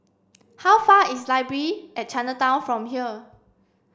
how far is Library at Chinatown from here